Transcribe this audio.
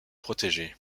protégés